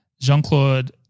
Jean-Claude